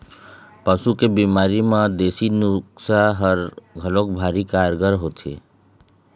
पशु के बिमारी म देसी नुक्सा ह घलोक भारी कारगार होथे